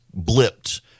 blipped